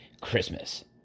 Christmas